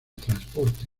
transporte